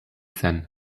zen